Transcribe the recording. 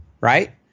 right